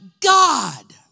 God